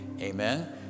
amen